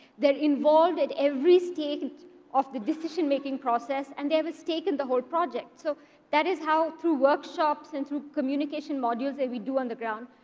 they're involved at every stage of the decision-making process, and they have a stake in the whole project. so that is how, through workshops and through communication modules that we do underground,